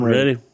ready